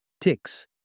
Ticks